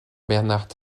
bernhard